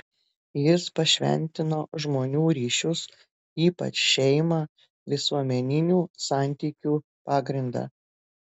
jis pašventino žmonių ryšius ypač šeimą visuomeninių santykių pagrindą